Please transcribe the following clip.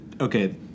okay